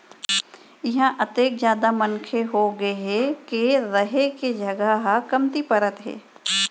इहां अतेक जादा मनखे होगे हे के रहें के जघा ह कमती परत हे